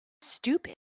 stupid